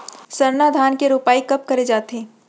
सरना धान के रोपाई कब करे जाथे?